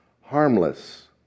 harmless